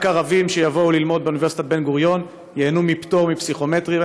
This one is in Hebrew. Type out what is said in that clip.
רק ערבים שיבואו ללמוד באוניברסיטת בן-גוריון ייהנו מפטור מפסיכומטרי.